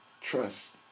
trust